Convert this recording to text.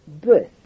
birth